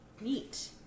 Neat